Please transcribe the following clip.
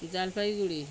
Jalpaiguri